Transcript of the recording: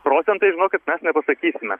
procentais žinokit mes nepasakysime